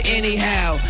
anyhow